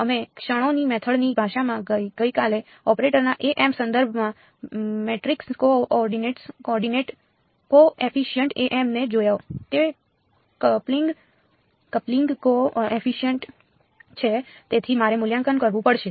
અમે ક્ષણોની મેથડ ની ભાષામાં ગઈકાલે ઑપરેટરના સંદર્ભમાં મેટ્રિક્સ કો એફિશિયન્ટ ને જોયો તે કપ્લિંગ કો એફિશિયન્ટ છે તેથી મારે મૂલ્યાંકન કરવું પડશે